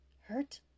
Hurt